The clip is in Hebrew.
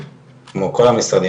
כמו כל המשרדים,